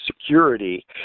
security